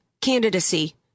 candidacy